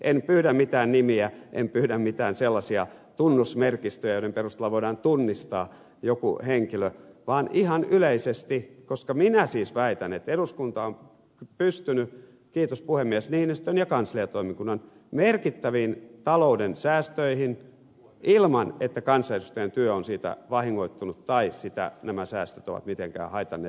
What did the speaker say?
en pyydä mitään nimiä en pyydä mitään sellaisia tunnusmerkistöjä joiden perusteella voidaan tunnistaa joku henkilö vaan ihan yleisesti koska minä siis väitän että eduskunta on pystynyt kiitos puhemies niinistön ja kansliatoimikunnan merkittäviin talouden säästöihin ilman että kansanedustajan työ on siitä vahingoittunut tai sitä nämä säästöt ovat mitenkään haitanneet